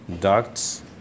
ducts